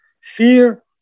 Fear